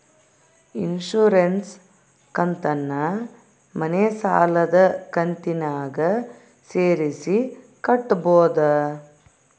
Insurance ಕಂತನ್ನ ಮನೆ ಸಾಲದ ಕಂತಿನಾಗ ಸೇರಿಸಿ ಕಟ್ಟಬೋದ?